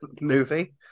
movie